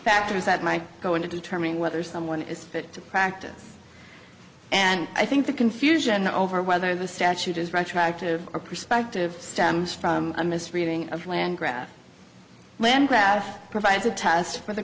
factors that might go into determining whether someone is fit to practice and i think the confusion over whether the statute is retroactive or perspective stems from a misreading of land grab land that provides a test for the